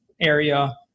area